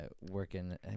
working